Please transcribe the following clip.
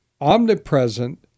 omnipresent